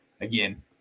Again